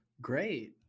Great